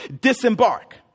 disembark